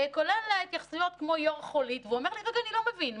כולל התייחסויות כמו יו"ר חולית והוא אומר לי: אני לא מבין,